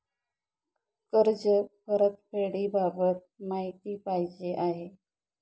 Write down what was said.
कर्ज परतफेडीबाबत माहिती पाहिजे आहे